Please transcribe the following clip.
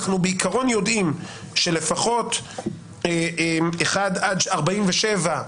אנחנו בעיקרון יודעים שלפחות 1 עד 47,